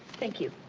thank you.